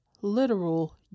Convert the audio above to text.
literal